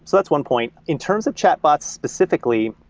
so that's one point. in terms of chatbots specifically,